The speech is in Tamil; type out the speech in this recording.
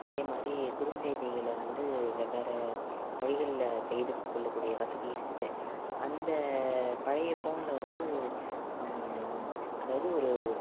அதே மாதிரி குறுஞ்செய்திகளை வந்து வெவ்வேறு மொழிகளில் செய்து கொள்ள கூடிய வசதி இருக்குது அந்த பழைய ஃபோனில் வந்து அதாவது ஒரு